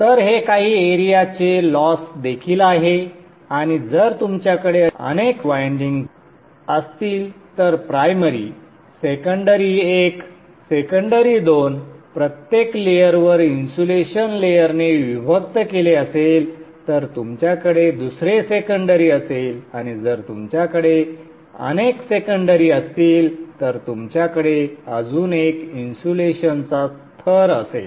तर हे काही एरियाचे लॉस देखील आहे आणि जर तुमच्याकडे अनेक वायंडिंग्ज असतील तर प्रायमरी सेकंडरी एक सेकंडरी दोन प्रत्येक लेयरवर इन्सुलेशन लेयरने विभक्त केले असेल तर तुमच्याकडे दुसरे सेकंडरी असेल आणि जर तुमच्याकडे अनेक सेकंडरी असतील तर तुमच्याकडे अजून एक इन्सुलेशनचा थर असेल